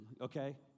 Okay